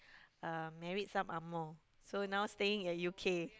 um married some angmoh so now staying at U_K